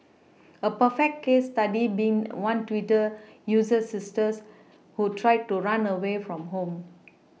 a perfect case study being one Twitter user's sister who tried to run away from home